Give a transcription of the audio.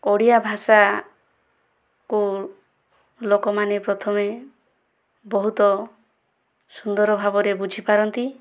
ଓଡ଼ିଆ ଭାଷାକୁ ଲୋକମାନେ ପ୍ରଥମେ ବହୁତ ସୁନ୍ଦର ଭାବରେ ବୁଝିପାରନ୍ତି